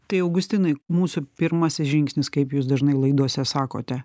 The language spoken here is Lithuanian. tai augustinai mūsų pirmasis žingsnis kaip jūs dažnai laidose sakote